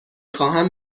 خواهم